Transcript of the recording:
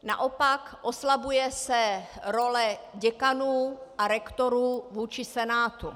Naopak oslabuje se role děkanů a sektorů vůči senátu.